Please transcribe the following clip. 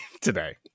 today